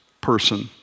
person